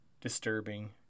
Disturbing